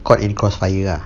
caught in cross fire ah